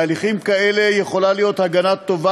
בהליכים כאלה יכולה להיות הגנה טובה